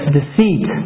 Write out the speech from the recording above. deceit